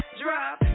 drop